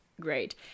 great